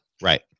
Right